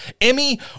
Emmy